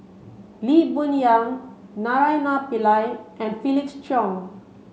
Lee Boon Yang Naraina Pillai and Felix Cheong